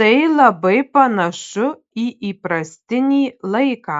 tai labai panašu į įprastinį laiką